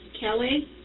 Kelly